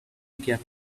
gap